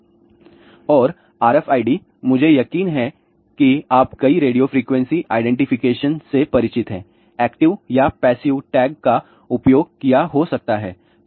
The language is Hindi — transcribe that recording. और RFID मुझे यकीन है कि आप कई रेडियो फ्रीक्वेंसी आइडेंटिफिकेशन से परिचित हैं एक्टिव या पैसिव टैग का उपयोग किया हो सकता है